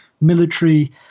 military